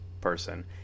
person